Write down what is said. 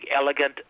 elegant